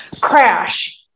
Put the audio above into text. Crash